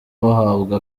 wahabwa